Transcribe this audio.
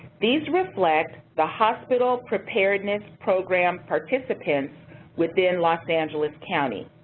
these reflect the hospital preparedness program participants within los angeles county.